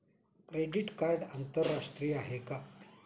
Credit card आंतरराष्ट्रीय आहे का?